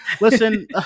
listen